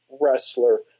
wrestler